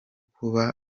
kuba